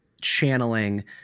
channeling